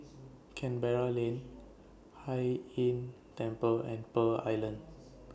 Canberra Lane Hai Inn Temple and Pearl Island